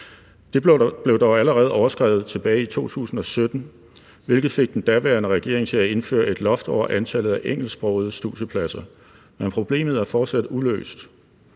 Det blev dog allerede overskredet tilbage i 2017, hvilket fik den daværende regering til at indføre et loft over antallet af engelsksprogede studiepladser, men problemet er fortsat uløst.